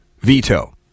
veto